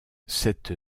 cette